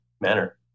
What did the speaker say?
manner